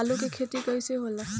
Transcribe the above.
आलू के खेती कैसे होला?